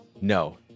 No